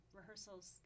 rehearsals